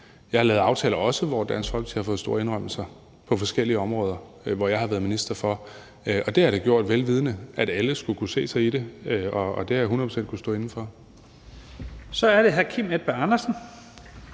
Jeg har også lavet aftaler, hvor Dansk Folkeparti har fået store indrømmelser på forskellige områder, som jeg har været minister for. Det har jeg da gjort, vel vidende at alle skulle kunne se sig i det, og det har jeg hundrede procent kunnet stå inde for.